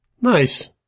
Nice